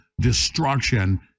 destruction